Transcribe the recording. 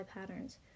patterns